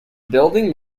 building